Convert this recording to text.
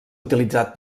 utilitzat